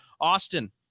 Austin